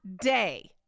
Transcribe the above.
day